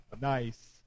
Nice